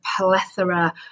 plethora